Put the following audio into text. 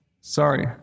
Sorry